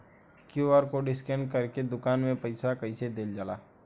QR code scan करके दुकान में पईसा कइसे देल जाला?